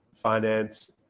finance